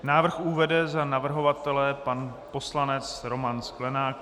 Návrh uvede za navrhovatele pan poslanec Roman Sklenák.